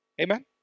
Amen